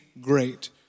great